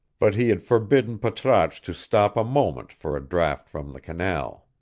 but he had forbidden patrasche to stop a moment for a draught from the canal.